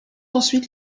ensuite